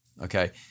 okay